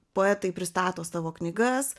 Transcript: poetai pristato savo knygas